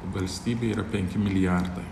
valstybėje yra penki milijardai